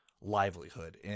livelihood